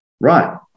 right